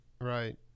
right